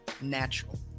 natural